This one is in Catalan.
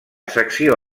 secció